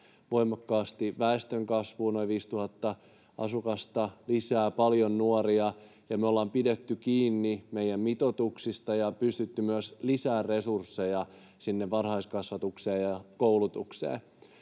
voimakas väestönkasvu, noin 5 000 asukasta lisää, paljon nuoria, ja me ollaan pidetty kiinni meidän mitoituksista ja pystytty myös lisäämään resursseja sinne varhaiskasvatukseen ja koulutukseen.